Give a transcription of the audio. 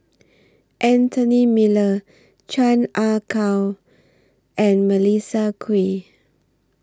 Anthony Miller Chan Ah Kow and Melissa Kwee